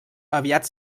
aviat